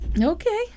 Okay